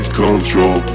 control